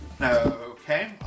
Okay